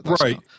Right